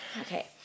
Okay